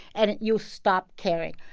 and you stop caring.